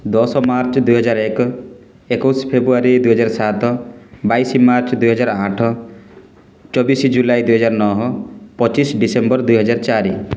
ଦଶ ମାର୍ଚ୍ଚ ଦୁଇ ହଜାର ଏକ ଏକୋଇଶ ଫେବୃଆରୀ ଦୁଇ ହଜାର ସାତ ବାଇଶ ମାର୍ଚ୍ଚ ଦୁଇହଜାର ଆଠ ଚବିଶ ଜୁଲାଇ ଦୁଇ ହଜାର ନହ ପଚିଶ ଡ଼ିସେମ୍ବର ଦୁଇ ହଜାର ଚାରି